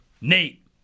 Nate